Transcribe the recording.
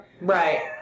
Right